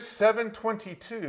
722